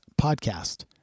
podcast